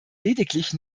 lediglich